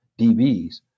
DBs